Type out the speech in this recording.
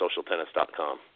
SocialTennis.com